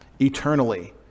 eternally